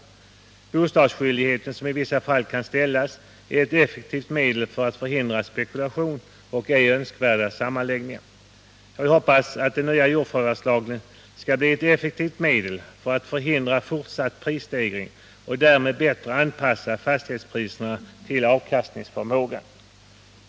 Den bostadsskyldighet som i vissa fall föreligger är ett effektivt medel för att förhindra spekulation och ej önskvärda sammanläggningar. Jag vill också hoppas att den nya jordförvärvslagen skall bli ett effektivt medel för att förhindra fortsatt prisstegring och att den därmed skall ge möjligheter att bättre anpassa fastighetspriserna till avkastningsförmågan.